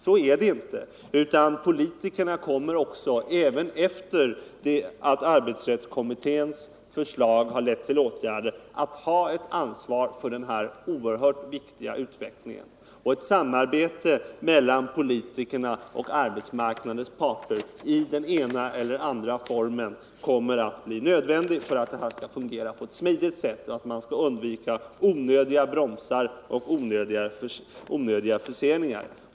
Så är det inte, utan politikerna kommer även efter det att arbetsrättskommittéens förslag lett till åtgärder att ha ett ansvar för den här oerhört viktiga utvecklingen. Ett samarbete mellan politikerna och arbetsmarknadens parter i den ena eller andra formen kommer att bli nödvändigt för att det här skall fungera på ett demokratiskt sätt och för att man skall kunna undvika onödiga bromsar och onödiga förseningar.